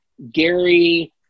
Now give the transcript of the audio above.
Gary